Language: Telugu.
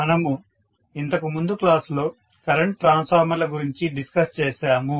మనము ఇంతకు ముందు క్లాస్ లో కరెంట్ ట్రాన్స్ఫార్మర్ ల గురించి డిస్కస్ చేసాము